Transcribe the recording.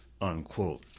unquote